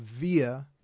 via